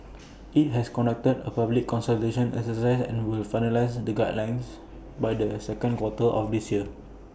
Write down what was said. IT has conducted A public consultation exercise and will finalise the guidelines by the second quarter of this year